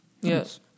Yes